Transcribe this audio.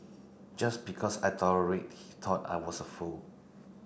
just because I tolerate he thought I was a fool